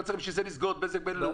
לא צריך בגלל זה לסגור את בזק בינלאומי.